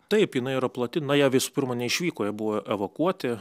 taip jinai yra plati na jie visų pirma ne išvyko jie buvo evakuoti